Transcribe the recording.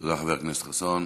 תודה, חבר הכנסת חסון.